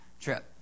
trip